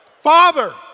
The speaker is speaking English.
Father